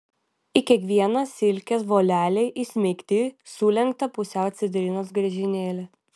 į kiekvieną silkės volelį įsmeigti sulenktą pusiau citrinos griežinėlį